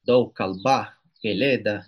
daug kalba pelėda